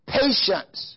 patience